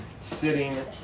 sitting